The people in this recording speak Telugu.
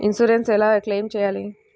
ఇన్సూరెన్స్ ఎలా క్లెయిమ్ చేయాలి?